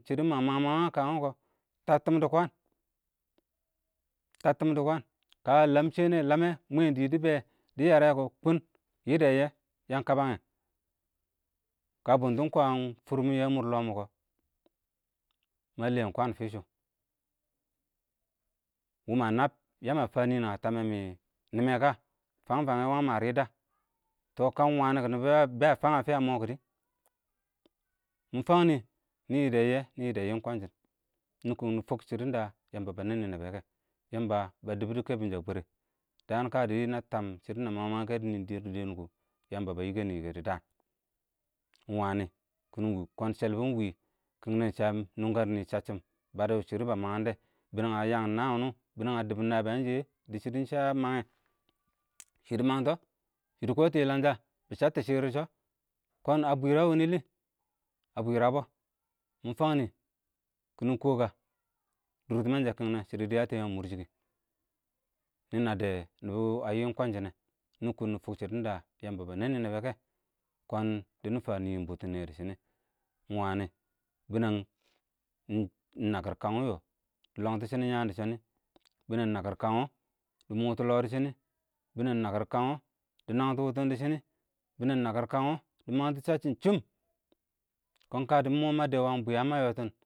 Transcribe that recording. shɪdɔ mə məng ə kəəng wʊ kɔ, təəttɪm dɪ kwəən, təəttɪm dɪ kwəən, kə ləm shɛnɛ ɪng ləmɛ mwɛn dɪɪ dɪ bɛɛh, dɪ yərɛ kʊ kɔon, yɪdɛ-yɪyɛ yəəng kəbəngyɛ, kə bʊntɪɪn kwən fʊrmɪn ə mʊr ɪng lɔɔ kɔ, məlɛɛn kwən ɪng fɪshʊ,mʊ mə nəbb, yəə mə fəə nɪnɛng ə təmɛ mɪn nɪmɛ kə, fəng-fəng ɪng wəəng mə rɪdə? tɔ kə ɪng wənɪ kɔ nɪbɔbɛ ə fəng ə fɪyə mɔɔ kɪdɪ. mɪ fəng nɪ, nɪ yɪ dɛ yɪ yɛ nɪ yɪdɛ yɪyɛ ɪng kwəən shɪn nɪ kʊn nɪ nɪ fʊk shɪdɪ də yəmbə bə nɛnnɪ nə bɛ kɛ, Yəmbə bə dɪbɪ dɔ kɛbbi shɔ ə bwərɛ, dəə kə shɪ nə təbb shɪdɪn nə məng- məngyɛ kɛ dɪ nɪɪ dɪr dɪɪn kɔ yəmbə bə yɪkɛnɪ-yɪkɛ dɪ dəən ɪng wənɪ kʊnʊ wɔɔ yəng shəlbɔ ɪng wɪwɪ kɪ nɛ shɪ ə nʊngkərnɪ mini səcchɪm bədɔ shɪdɔ bə məngdɛ bɪnɛng ə yəəng nəən wʊnʊ, bɪnɛng ə dɪbɪn nəbɪ yəngshɪyɛ dɪ shɪdɔ shə a mənghɛ, shɪdɪ məngtɔ, shɪ dɪ kɔtʊ yɪləngshə dɪ shəttɔ shɪrr dɪ shɔ kɔɔn ə bwɪrə wʊnʊ lɪ. ə bwɪrəbɔ mɪ fəngnɪ kɪnɪ kɔ kə dɪr tɪmənshə kɪng nɛ dɪ yətɔ yəən ə mʊrshɪ kɪ nɪ nɛddɛ nɪbɔ ə wɪɪn kwənshə nɛ nɪ kʊʊn nɪ fʊk shɪrɪn də yəmbə bə nənnɪ nəbeꞌ kɛ kwəən dɪ nɪ fəə nɪ kʊʊn bʊtʊnnɪyɛ dɪ shɪnɪ nɛ ɪng wənɪ bɪnɛng ɪnmg mɔ ɪng nəkɪr ɪng kəən nakɪr kəmma yɔ dɪ lɔngtɪ shɪnɪn ɪng yəəm dɪ shɔnɪ nɛ bɪnɛng ɪng nəkɪr ɪng kəən wɔ mɪ lɔngtɔ lɔɔ dɪ shɪnɪ nɛ, bɪnɛng ɪng nəkɪr ɪng kəən wɔɔ dɪ nəngtɪ wʊtʊ dɪ shɔnɪ, bɪnɛng ɪng nəkɪr kəən wɔɔ kang wɔ dɪ məghəntʊ səcchɪm chʊʊm, kɔɔn ɪng kə mɔɔ mə dɛm wɪyə mə yɔtɪn.